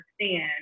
understand